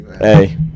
Hey